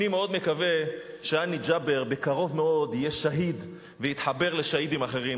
אני מאוד מקווה שהאני ג'אבר בקרוב מאוד יהיה שהיד ויתחבר לשהידים אחרים.